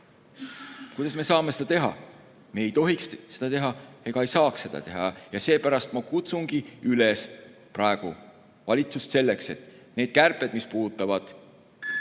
Kuidas me saame seda teha? Me ei tohiks seda teha ega saaks seda teha ja seepärast ma kutsungi valitsust üles, et need kärped, mis puudutavad